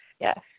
Yes